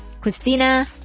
Christina